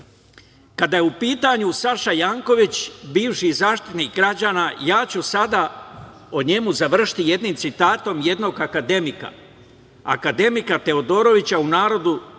kada je u pitanju Saša Janković, bivši Zaštitnik građana, ja ću sada o njemu završiti jednim citatom jednog akademika, akademika Teodorovića, u narodu znanog